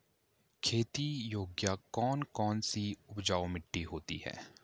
खेती योग्य कौन कौन सी उपजाऊ मिट्टी होती है?